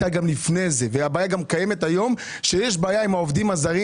אי אפשר להביא היום את העובדים הזרים.